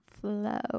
flow